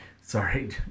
Sorry